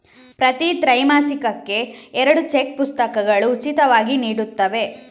ಪ್ರತಿ ತ್ರೈಮಾಸಿಕಕ್ಕೆ ಎರಡು ಚೆಕ್ ಪುಸ್ತಕಗಳು ಉಚಿತವಾಗಿ ನೀಡುತ್ತವೆ